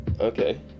Okay